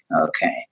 okay